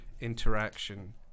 interaction